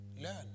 Learn